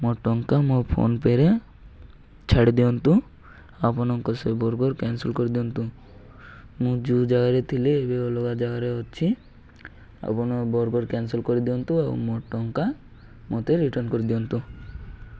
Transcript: ମୋ ଟଙ୍କା ମୋ ଫୋନ ପେ'ରେ ଛାଡ଼ି ଦିଅନ୍ତୁ ଆପଣଙ୍କ ସେ ବର୍ଗର୍ କ୍ୟାନ୍ସଲ୍ କରିଦିଅନ୍ତୁ ମୁଁ ଯୋଉ ଜାଗାରେ ଥିଲି ଏବେ ଅଲଗା ଜାଗାରେ ଅଛି ଆପଣ ବର୍ଗର୍ କ୍ୟାନ୍ସଲ୍ କରିଦିଅନ୍ତୁ ଆଉ ମୋ ଟଙ୍କା ମୋତେ ରିଟର୍ଣ୍ଣ କରିଦିଅନ୍ତୁ